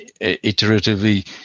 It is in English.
iteratively